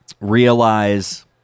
realize